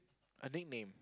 a nickname